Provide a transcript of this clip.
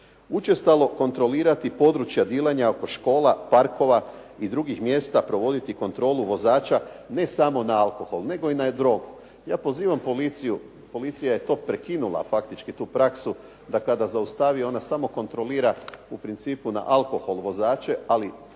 Učestalo kontrolirati područja dilanja oko škola, parkova i drugih mjesta, provoditi kontrolu vozača, ne samo na alkohol, nego i na drogu. Ja pozivam policiju, policija je to prekinula faktički tu praksu da kada zaustavi ona samo kontrolira u principu na alkohol vozače, ali